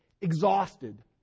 exhausted